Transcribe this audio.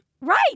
Right